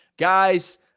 Guys